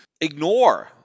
ignore